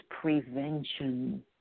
prevention